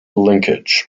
linkage